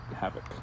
havoc